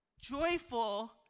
Joyful